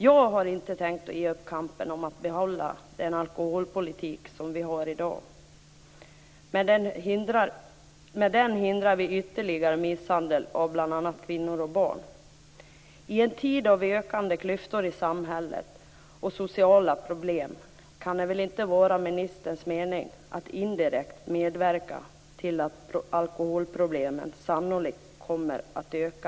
Jag har inte tänkt ge upp kampen om att behålla den alkoholpolitik som vi har i dag. Med den hindrar vi ytterligare misshandel av bl.a. kvinnor och barn. I en tid av ökande klyftor och sociala problem i samhället kan det väl inte vara ministerns mening att indirekt medverka till att alkoholproblemen sannolikt kommer att öka.